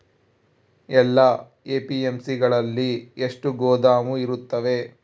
ಎಲ್ಲಾ ಎ.ಪಿ.ಎಮ್.ಸಿ ಗಳಲ್ಲಿ ಎಷ್ಟು ಗೋದಾಮು ಇರುತ್ತವೆ?